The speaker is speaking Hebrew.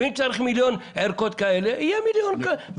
ואם צריך מיליון ערכות כאלה יהיו מיליון ערכות כאלה,